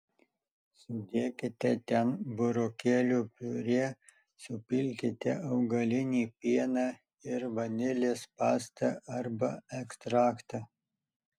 sudėkite ten burokėlių piurė supilkite augalinį pieną ir vanilės pastą arba ekstraktą